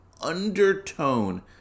undertone